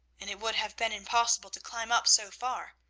and it would have been impossible to climb up so far.